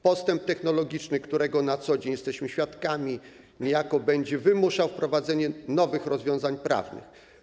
Postęp technologiczny, którego na co dzień jesteśmy świadkami, niejako będzie wymuszał wprowadzenie nowych rozwiązań prawnych.